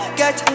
get